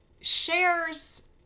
shares